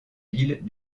villes